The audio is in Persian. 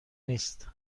نیست